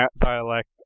dialect